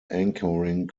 anchoring